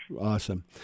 Awesome